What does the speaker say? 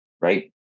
right